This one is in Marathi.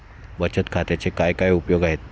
बचत खात्याचे काय काय उपयोग आहेत?